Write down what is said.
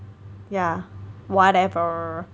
yeah whatever